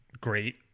great